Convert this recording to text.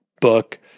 book